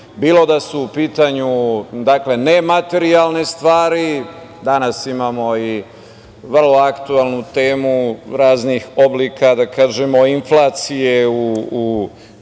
bilo da su u pitanju nematerijalne stvari. Danas imamo i vrlo aktuelnu temu raznih oblika inflacije u